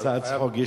הצעת צחוק,